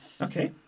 okay